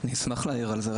אני אשמח להעיר על זה.